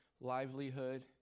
livelihood